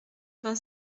vingt